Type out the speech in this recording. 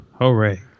hooray